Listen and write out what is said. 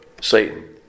Satan